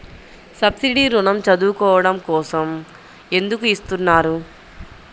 Subsidy ఋణం చదువుకోవడం కోసం ఎందుకు ఇస్తున్నారు?